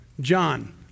John